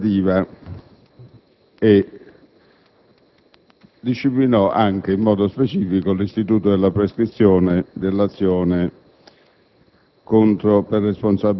contabile-amministrativa, e disciplinava in modo specifico l'istituto della prescrizione dell'azione